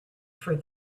for